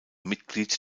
mitglied